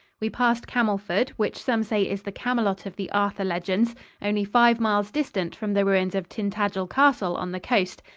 we passed camelford which some say is the camelot of the arthur legends only five miles distant from the ruins of tintagel castle on the coast,